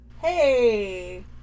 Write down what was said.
Hey